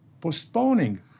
postponing